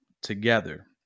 together